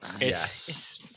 Yes